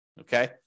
Okay